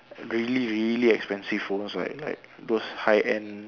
really really expensive phones like like those high end